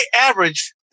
average